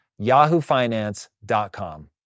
yahoofinance.com